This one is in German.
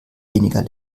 weniger